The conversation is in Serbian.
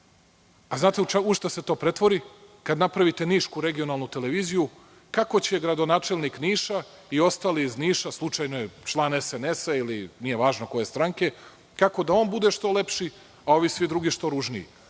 A znate u šta se to pretvori kad napravite nišku regionalnu televiziju kako će gradonačelnik Niša i ostali iz Niša, slučajno je član SNS ili nije važno koje stranke, kako da on bude što lepši a ovi drugi što ružniji.